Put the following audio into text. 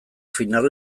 final